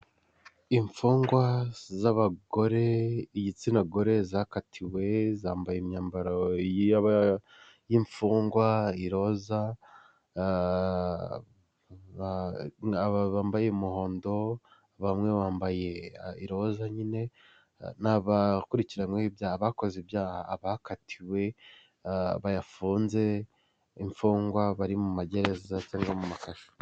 Imfungwa z'abagore igitsina gore zakatiwe zambaye imyambaro y'imfungwa iroza, bambaye umuhondo, bamwe bambaye iroza nyine, ni abakurikiranyweho ibyaha bakoze ibyaha abakatiwe, bafunze imfungwa bari mu magereza cyangwa mu makashu.